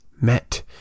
met